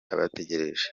abategereje